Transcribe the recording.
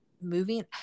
moving